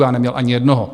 Já neměl ani jednoho.